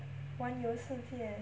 环游世界